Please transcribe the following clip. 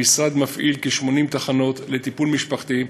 המשרד מפעיל כ-80 תחנות לטיפול משפחתי,